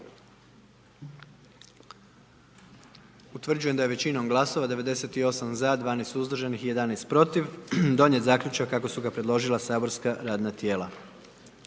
Utvrđujem da je većinom glasova 78 za i 1 suzdržan i 20 protiv donijet zaključak kako ga je predložilo matično saborsko radno tijelo.